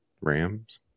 rams